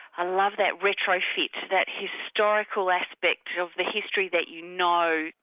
i love that retro fit, that historical aspect of the history that you know,